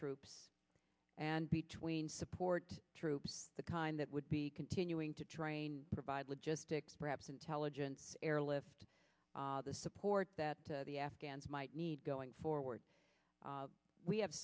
troops and between support troops the kind that would be continuing to train provide logistics perhaps intelligence airlift the support that the afghans might need going forward we have